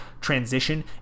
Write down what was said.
transition